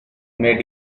met